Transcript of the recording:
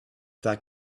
that